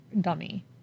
dummy